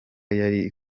yari